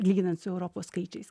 lyginant su europos skaičiais